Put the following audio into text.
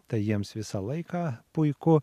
tai jiems visą laiką puiku